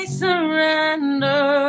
surrender